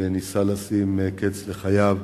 שניסה לשים קץ לחייו.